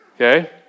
Okay